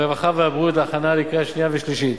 הרווחה והבריאות להכנה לקריאה שנייה ושלישית.